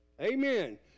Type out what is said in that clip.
amen